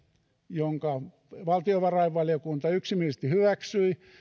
jonka valtiovarainvaliokunta yksimielisesti hyväksyi